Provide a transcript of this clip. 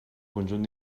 conjunt